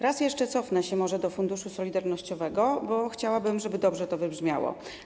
Raz jeszcze cofnę się może do Funduszu Solidarnościowego, bo chciałabym, żeby dobrze to wybrzmiało.